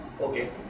Okay